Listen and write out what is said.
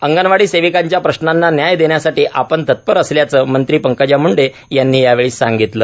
अंगणवाडी सेविकांच्या प्रश्नांना न्याय देण्यासाठी आपण तत्पर असल्याचं मंत्री पंकजा मंडे यांनी यावेळी सांगितलं